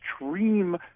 extreme